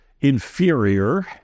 inferior